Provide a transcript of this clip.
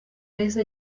yahise